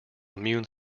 immune